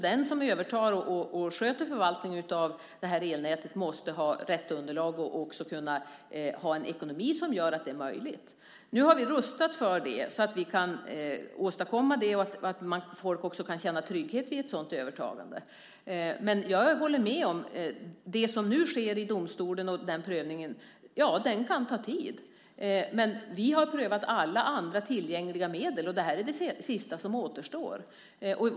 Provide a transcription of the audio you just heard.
Den som övertar och sköter förvaltningen av elnätet måste därför ha korrekt underlag och även ha en sådan ekonomi att det blir möjligt. Nu har vi rustat för att kunna åstadkomma det så att folk kan känna trygghet vid ett sådant övertagande. Jag håller med om att den prövning som nu sker i domstol kan ta tid. Vi har emellertid prövat alla andra tillgängliga medel, och det är det sista som återstår.